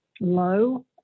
low